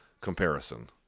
comparison